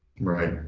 Right